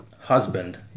husband